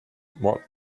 what